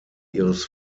ihres